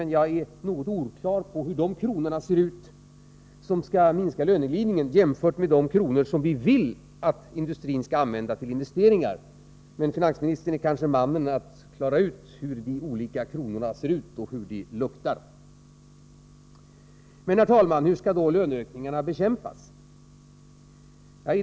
Men jag har inte fått riktigt klart för mig hur de kronor ser ut som skall minska löneglidningen jämfört med de kronor som vi vill att industrin skall använda till investeringar. Finansministern är kanske mannen att klara ut hur de olika kronorna ser ut och hur de luktar. Herr talman! Hur skall då löneökningarna bekämpas?